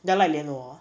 then I like 莲藕